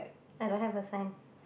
I don't have a sign